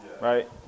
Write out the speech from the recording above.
right